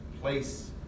Place